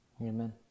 Amen